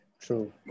True